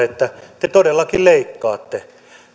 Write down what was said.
että te todellakin leikkaatte